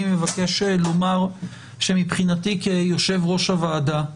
מבקש לומר שמבחינתי כיושב-ראש הוועדה,